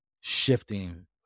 shifting